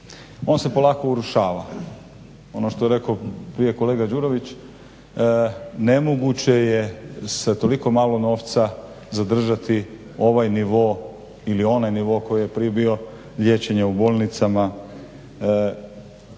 On se polako urušava. Ono što je rekao prije kolega Đurović nemoguće je sa toliko malo novca zadržati ovaj nivo ili onaj nivo koji je prije bio liječenja u bolnicama.